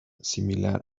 similar